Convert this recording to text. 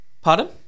Pardon